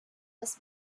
was